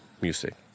music